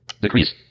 Decrease